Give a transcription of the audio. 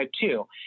two